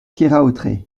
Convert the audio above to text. keraotred